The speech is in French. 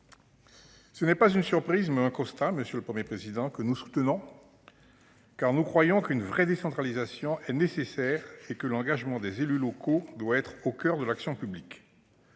ce n'est pas là une surprise, mais un constat que nous faisons avec vous, car nous croyons qu'une vraie décentralisation est nécessaire et que l'engagement des élus locaux doit être au coeur de l'action publique.